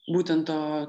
būtent to